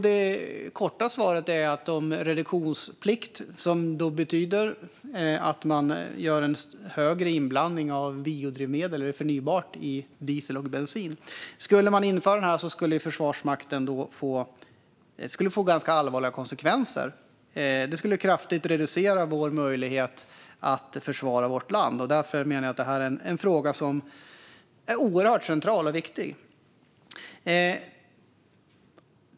Det korta svaret är att om en reduktionsplikt införs - det betyder att man gör en högre inblandning av biodrivmedel, eller förnybart, i diesel och bensin - skulle det få ganska allvarliga konsekvenser för Försvarsmakten. Den skulle kraftigt reducera vår möjlighet att försvara vårt land. Därför menar jag att det här är en fråga som är oerhört central och viktig.